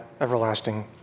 everlasting